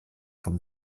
vom